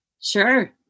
Sure